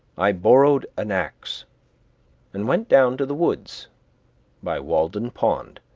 i borrowed an axe and went down to the woods by walden pond,